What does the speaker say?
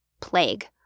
plague